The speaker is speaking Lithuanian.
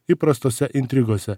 įprastose intrigose